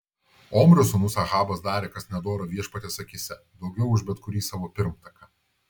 omrio sūnus ahabas darė kas nedora viešpaties akyse daugiau už bet kurį savo pirmtaką